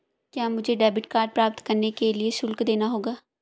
क्या मुझे debit card प्राप्त करने के लिए शुल्क देना होगा?